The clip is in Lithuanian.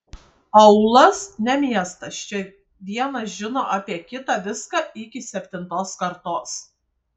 aūlas ne miestas čia vienas žino apie kitą viską iki septintos kartos